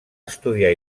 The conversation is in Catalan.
estudiar